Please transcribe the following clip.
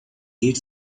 heat